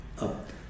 up